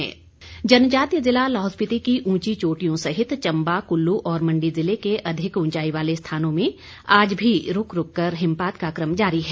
मौसम जनजातीय जिला लाहौल स्पीति की उंची चोटियों सहित चंबा कुल्लू शिमला और मंडी जिले के अधिक उंचाई वाले स्थानों में आज भी रूक रूक कर हिमपात का कम जारी है